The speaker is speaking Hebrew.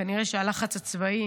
כנראה שהלחץ הצבאי